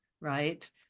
right